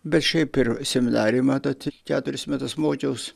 bet šiaip ir seminarijoj matot keturis metus mokiaus